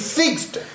fixed